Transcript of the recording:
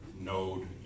node